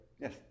Yes